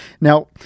Now